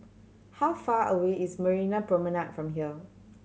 how far away is Marina Promenade from here